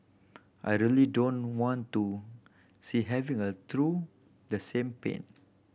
I really don't want to see having a through the same pain